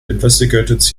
investigated